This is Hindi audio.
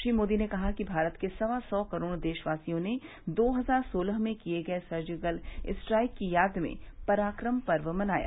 श्री मोदी ने कहा कि भारत के सवा सौ करोड़ देशवासियों ने दो हजार सोलह में किए गए सर्जिकल स्ट्राइक की याद में पराक्रम पर्व मनाया